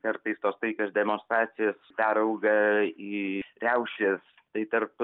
kartais tos taikios demonstracijos perauga į riaušes tai tarp